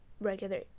regular